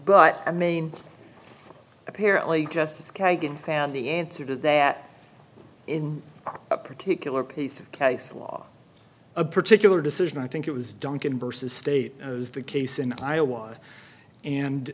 but i mean apparently justice kagan fan the answer to that in a particular piece of case law a particular decision i think it was duncan versus state as the case in iowa and